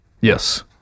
Yes